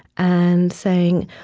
and saying,